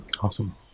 Awesome